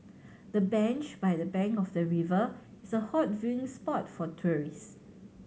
the bench by the bank of the river is a hot viewing spot for tourists